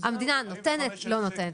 המדינה נותנת לא נותנת.